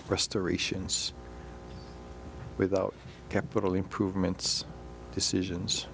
restorations without capital improvements decisions